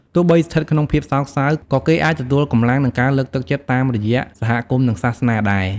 ទោះបីស្ថិតក្នុងភាពសោកសៅ ក៏គេអាចទទួលកម្លាំង និងការលើកទឹកចិត្តតាមរយៈសហគមន៍ និងសាសនាដែរ។